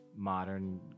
modern